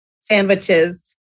Sandwiches